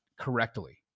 correctly